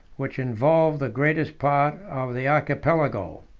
which involved the greatest part of the archipelago.